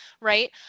right